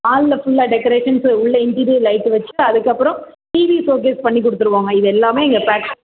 ஹாலில் ஃபுல்லாக டெக்கரேஷன்ஸு உள்ளே இன்டீரியர் லைட்டு வச்சு அதுக்கப்புறம் டிவி ஷோக்கேஸ் பண்ணிக் கொடுத்துருவோங்க இது எல்லாமே எங்கள் பேக்